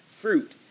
fruit